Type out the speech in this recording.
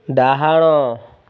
ଡାହାଣ